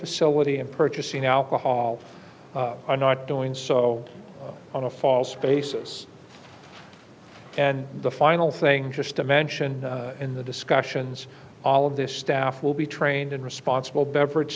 facility and purchasing alcohol are not doing so on a false basis and the final thing just to mention in the discussions all of this staff will be trained in responsible be